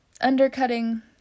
undercutting